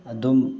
ꯑꯗꯨꯝ